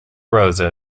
rosa